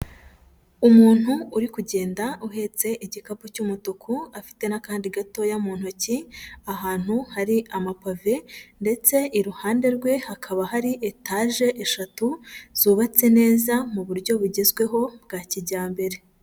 Umuntu uri kugenda uhetse igikapu cy'umutuku afite n'akandi gatoya mu ntoki ahantu hari amapave ndetse iruhande rwe hakaba hari etaje eshatu zubatse neza mu buryo bugezweho bwa kijyambere.